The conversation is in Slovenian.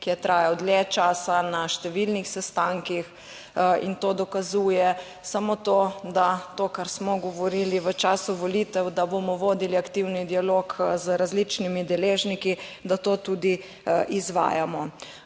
ki je trajal dlje časa na številnih sestankih in to dokazuje samo to, da to kar smo govorili v času volitev, da bomo vodili aktivni dialog z različnimi deležniki, da to tudi izvajamo.